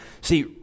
See